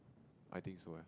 I think so eh